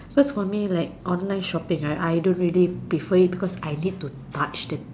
cause for me like online shopping right I don't really prefer it because I need to touch